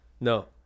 no